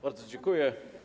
Bardzo dziękuję.